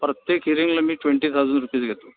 प्रत्येक हिअरिंगला मी ट्वेंटी थाउजंड रूपीज घेतो